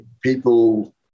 people